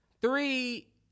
Three